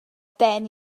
ben